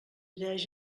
idees